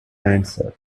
answer